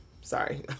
Sorry